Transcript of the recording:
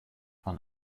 von